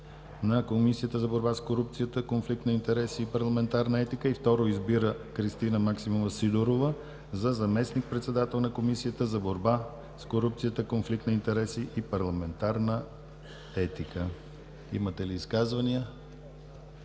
на Комисията за борба с корупцията, конфликт на интереси и парламентарна етика. 2. Избира Кристина Максимова Сидорова за заместник-председател на Комисията за борба с корупцията, конфликт на интереси и парламентарна етика.“ Имате ли изказвания?